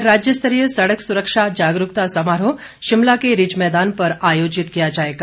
इधर राज्यस्तरीय सड़क सुरक्षा जागरूकता समारोह शिमला के रिज मैदान पर आयोजित किया जाएगा